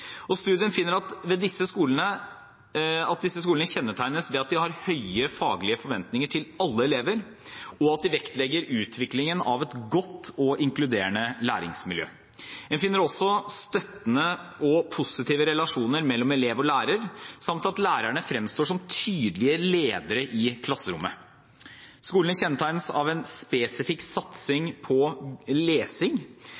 interessant. Studien finner at disse skolene kjennetegnes ved at de har høye faglige forventninger til alle elever, og at de vektlegger utviklingen av et godt og inkluderende læringsmiljø. En finner også støttende og positive relasjoner mellom elev og lærer samt at lærerne fremstår som tydelige ledere i klasserommet. Skolene kjennetegnes av en spesifikk satsing på lesing,